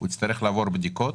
יצטרך לעבור בדיקות?